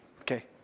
Okay